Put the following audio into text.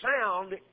sound